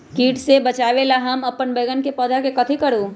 किट से बचावला हम अपन बैंगन के पौधा के कथी करू?